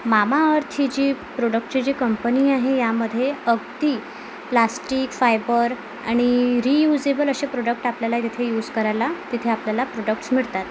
Mamaearth ही जी प्रोडक्टची जी कंपनी आहे यामध्ये अगदी प्लास्टिक फायबर आणि रियुजेबल असे प्रोडक्ट आपल्याला तिथे युज करायला तिथे आपल्याला प्रोडक्ट्स भेटतात